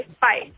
Bye